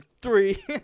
Three